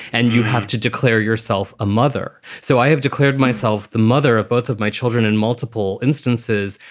and you have to declare yourself a mother. so i have declared myself the mother of both of my children in multiple instances.